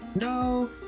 No